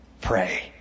pray